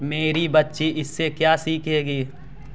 मेरी बच्ची इससे क्या सीखेगी